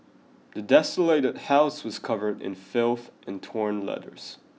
the desolated house was covered in filth and torn letters